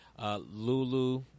Lulu